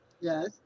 Yes